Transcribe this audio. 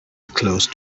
close